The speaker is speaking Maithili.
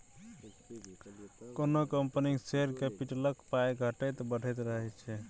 कोनो कंपनीक शेयर कैपिटलक पाइ घटैत बढ़ैत रहैत छै